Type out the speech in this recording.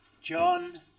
John